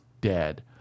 dead